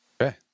Okay